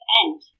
end